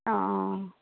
অঁ অ